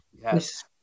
Yes